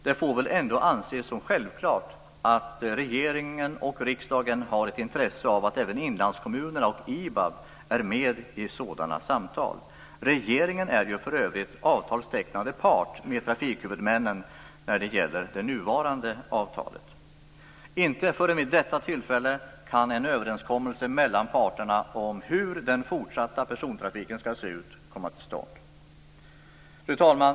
Det får väl ändå anses som självklart att regeringen och riksdagen har ett intresse av att även inlandskommunerna och IBAB är med i sådana samtal. Regeringen är för övrigt avtalstecknande part med trafikhuvudmännen när det gäller det nuvarande avtalet. Inte förrän vid ett sådant tillfälle kan en överenskommelse mellan parterna om hur den fortsatta persontrafiken skall se ut komma till stånd. Fru talman!